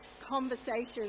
conversations